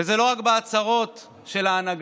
וזה לא רק בהצהרות של ההנהגה,